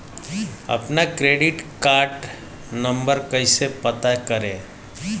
अपना credit card number कैसे पता करें?